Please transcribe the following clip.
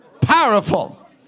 powerful